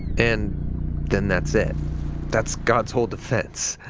and then that's it that's god's whole defense.